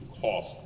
cost